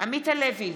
עמית הלוי,